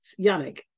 Yannick